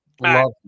Love